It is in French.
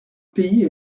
pays